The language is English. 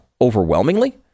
overwhelmingly